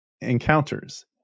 encounters